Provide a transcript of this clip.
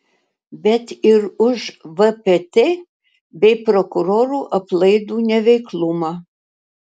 bet ir už vpt bei prokurorų aplaidų neveiklumą